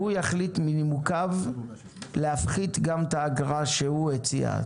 יחליט מנימוקיו להפחית גם את האגרה שהוא הציע,